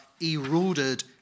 eroded